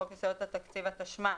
חוק יסודות התקציב, התשמ"ה-1985,